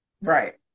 Right